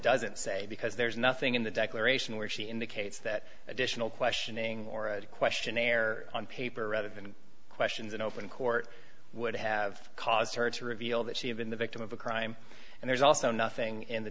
doesn't say because there's nothing in the declaration where she indicates that additional questioning or a questionnaire on paper rather than questions in open court would have caused her to reveal that she had been the victim of a crime and there's also nothing in the